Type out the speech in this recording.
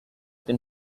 than